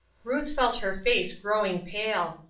ruth felt her face growing pale.